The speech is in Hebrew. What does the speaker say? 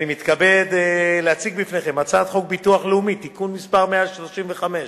אני מתכבד להציג בפניכם הצעת חוק הביטוח הלאומי (תיקון מס' 135),